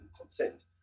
consent